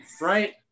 right